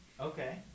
Okay